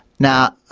now,